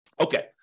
Okay